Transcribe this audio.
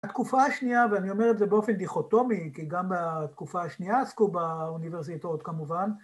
‫התקופה השנייה, ואני אומר את זה ‫באופן דיכוטומי, ‫כי גם בתקופה השנייה עסקו ‫באוניברסיטאות כמובן.